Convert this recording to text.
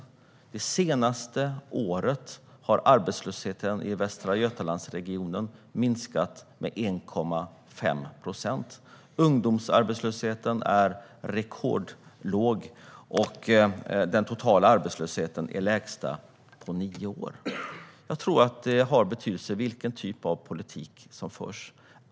Under det senaste året har arbetslösheten i Västra Götalandsregionen minskat med 1,5 procent. Ungdomsarbetslösheten är rekordlåg, och den totala arbetslösheten är den lägsta på nio år. Jag tror att det har betydelse vilken typ av politik som förs.